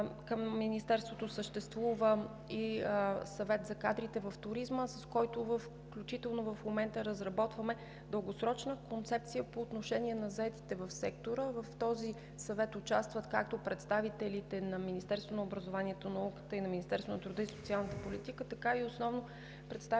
Към Министерството съществува и Съвет за кадрите в туризма включително, с който и в момента разработваме дългосрочна концепция по отношение на заетите в сектора. В този съвет участват както представители на Министерството на образованието и науката и на Министерство на труда и социалната политика, така и представители основно